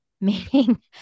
meaning